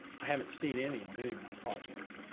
i haven't seen any on any of my projects.